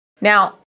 Now